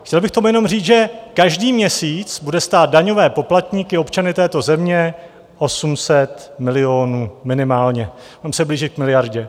Chtěl bych k tomu jenom říct, že každý měsíc bude stát daňové poplatníky, občany této země 800 milionů minimálně, budeme se blížit k miliardě.